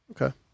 Okay